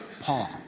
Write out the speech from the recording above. Paul